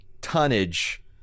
tonnage